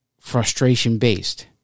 frustration-based